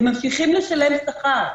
ממשיכות לשלם שכר.